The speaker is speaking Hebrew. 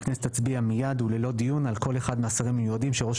והכנסת תצביע מיד וללא דיון על כל אחד מהשרים המיועדים שראש